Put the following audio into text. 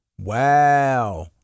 Wow